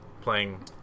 playing